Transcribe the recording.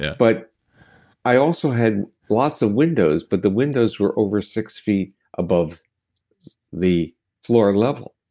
but i also had lots of windows, but the windows were over six feet above the floor level.